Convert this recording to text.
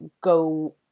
go